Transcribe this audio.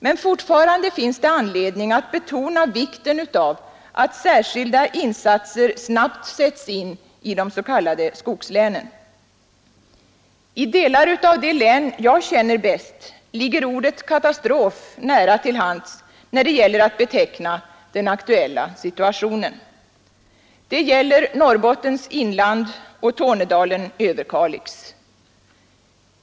Men fortfarande finns det anledning att betona vikten av att särskilda insatser snabbt sätts in i de s.k. skogslänen. I delar av det län jag känner bäst till ligger ordet katastrof nära till hands när det gäller att beteckna den aktuella situationen. Det gäller Norrbottens inland och Tornedalen-Överkalix.